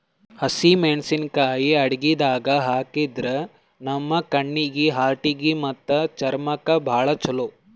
ಹಸಿಮೆಣಸಿಕಾಯಿ ಅಡಗಿದಾಗ್ ಹಾಕಿದ್ರ ನಮ್ ಕಣ್ಣೀಗಿ, ಹಾರ್ಟಿಗಿ ಮತ್ತ್ ಚರ್ಮಕ್ಕ್ ಭಾಳ್ ಛಲೋ